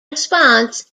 response